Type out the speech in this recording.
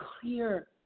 clear